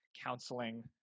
counseling